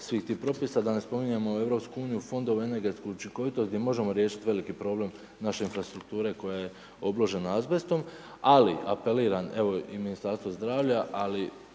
svih tih propisa. Da ne spominjemo Europsku uniju, fondove, energetsku učinkovitost gdje možemo riješiti veliki problem naše infrastrukture koja je obložena azbestom. Ali apeliram, evo i Ministarstvu zdravlja ali